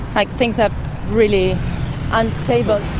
like things are really unstable.